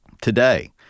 Today